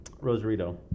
Rosarito